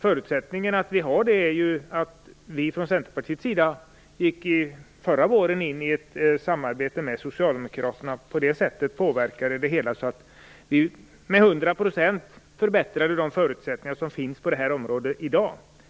Förutsättningen för att vi skulle ha det var att vi från Centerpartiet gick in ett samarbete med Socialdemokraterna, vilket vi gjorde förra våren. På det sättet påverkade vi det hela. Med hundra procent förbättrades förutsättningarna på området